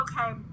okay